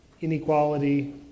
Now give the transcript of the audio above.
inequality